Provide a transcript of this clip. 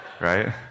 right